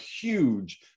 huge